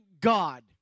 God